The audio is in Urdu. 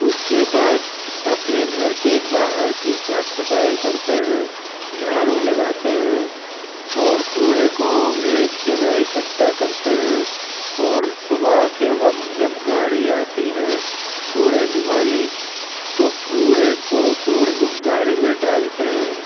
اُس کے بعد اپنے گھر کے باہر کی صاف صفائی کرتے ہیں جھاڑو لگاتے ہیں اور کوڑے کو ایک جگہ اِکٹّھہ کرتے ہیں اور صبح کے وقت جب گاڑی آتی ہے کوڑے والی تو کوڑے کو کوڑے اُس گاڑی میں ڈالتے ہیں